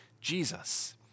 Jesus